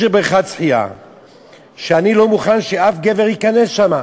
יש לי בריכת שחייה ואני לא מוכן שאף גבר ייכנס לשם,